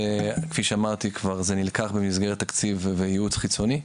כפי שאמרתי, זה נלקח במסגרת תקציב וייעוץ חיצוני.